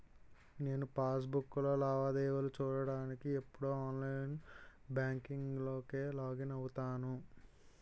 నేను పాస్ బుక్కులో లావాదేవీలు చూడ్డానికి ఎప్పుడూ ఆన్లైన్ బాంకింక్ లోకే లాగిన్ అవుతాను